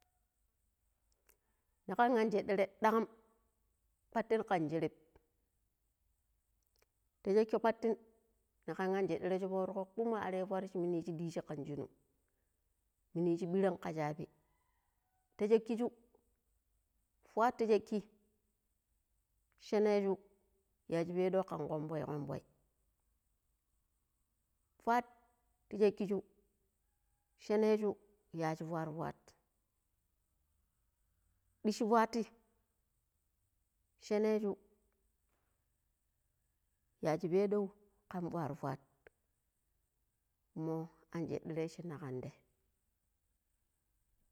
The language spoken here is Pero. ﻿nikan an jeɗere ɗagam kwatin kan sherep ti shekki kwatin.ni kan an jeɗere shi forugo kumo are fuat shi muni yishi ɗijji kan sunu muni yishi ɓiran ka shabi ti sheki shu fuat ti shaki shenessu yashipaɗau kan konvoi konvoi fuat ti sheki shu shenesu yajji fuat fuat ɗishi fuati. shenessu yaji peɗau kan fuat fuat umo anjeɗere. shina ƙan dei